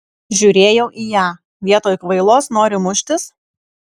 žiūrėjau į ją vietoj kvailos nori muštis